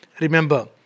remember